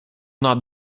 not